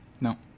No